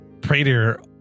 Prater